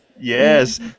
yes